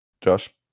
Josh